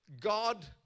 God